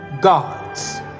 gods